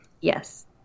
Yes